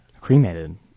Cremated